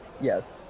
Yes